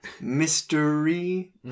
mystery